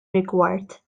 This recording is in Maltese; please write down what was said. rigward